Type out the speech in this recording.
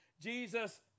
Jesus